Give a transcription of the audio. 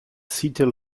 seattle